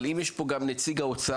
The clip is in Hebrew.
אבל אם יש פה גם נציג האוצר,